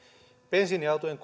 bensiiniautojen